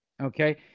Okay